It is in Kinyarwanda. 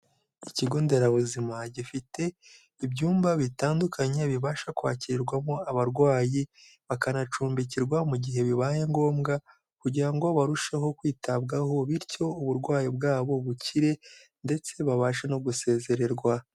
Ikigo nderabuzima gifite ibyumba bitandukanye bibasha kwakirirwamo abarwayi bakanacumbikirwa mu gihe bibaye ngombwa kugira ngo barusheho kwitabwaho bityo uburwayi bwabo bukire ndetse babashe no gusezererwa.